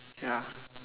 ya